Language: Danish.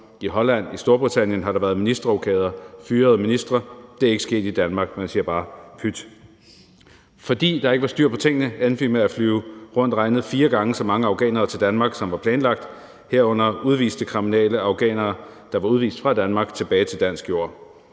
i Holland og i Storbritannien, har der været ministerrokader, fyrede ministre. Det er ikke sket i Danmark – man siger bare: Pyt! Fordi der ikke var styr på tingene, endte vi med at flyve rundt regnet fire gange så mange afghanere, som man havde planlagt, herunder udviste kriminelle afghanere, der var udvist fra Danmark, tilbage til dansk jord.